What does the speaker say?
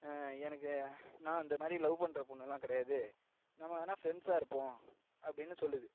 எனக்கு நான் அந்தமாதிரி லவ் பண்ணுற பொண்னெல்லாம் கிடையாது நம்ம வேணா ஃபிரெண்ட்ஸாக இருப்போம் அப்படின்னு சொல்லுது